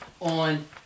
on